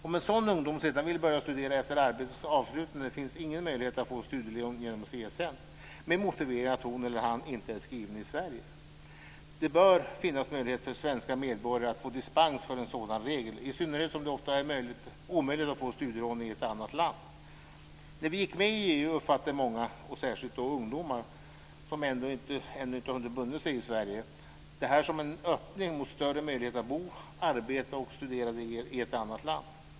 Om en sådan ungdom sedan vill börja studera efter arbetets avslutande finns ingen möjlighet att få studiemedel genom CSN med motiveringen att hon eller han inte är skriven i Sverige. Det bör finnas möjlighet för svenska medborgare att få dispens från en sådan regel, i synnerhet som det ofta är omöjligt att få studielån i ett annat land. När vi gick med i EU uppfattade många, särskilt ungdomar som ännu inte hunnit binda sig i Sverige, det som en öppning som gav större möjligheter att bo, arbeta och studera i ett annat land.